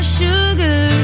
sugar